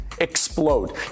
explode